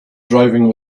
driving